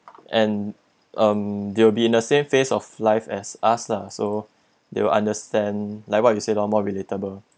and um they'll be in a same phase of life as us lah so they will understand like what you said loh more relatable